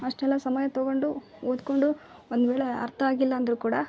ಅಷ್ಟೆಲ್ಲ ಸಮಯ ತಗೊಂಡು ಓದಿಕೊಂಡು ಒಂದುವೇಳೆ ಅರ್ಥ ಆಗಿಲ್ಲ ಅಂದರು ಕೂಡ